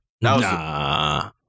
Nah